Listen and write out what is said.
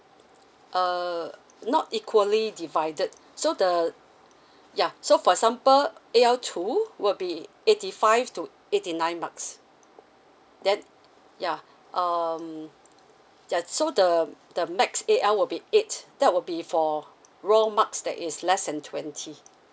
uh not equally divided so the ya so for example A_L two will be eighty five to eighty nine marks then ya um ya so the the next A_L will be eight that will be for raw marks that is less than twenty